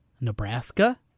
Nebraska